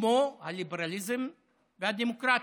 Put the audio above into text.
כמו הליברליזם והדמוקרטיה.